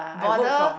bother